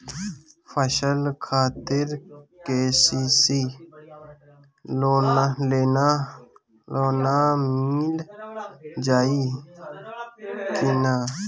फसल खातिर के.सी.सी लोना मील जाई किना?